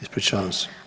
Ispričavam se.